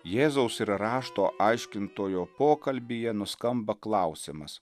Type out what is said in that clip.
jėzaus ir rašto aiškintojo pokalbyje nuskamba klausimas